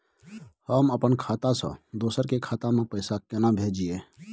हम अपन खाता से दोसर के खाता में पैसा केना भेजिए?